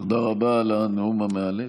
תודה רבה על הנאום המאלף.